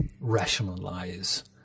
rationalize